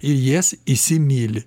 ir jas įsimyli